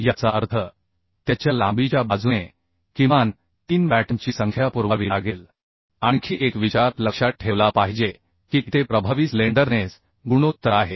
याचा अर्थ त्याच्या लांबीच्या बाजूने किमान 3 बॅटनची संख्या पुरवावी लागेल आणखी एक विचार लक्षात ठेवला पाहिजे की ते प्रभावी स्लेंडरनेस गुणोत्तर आहे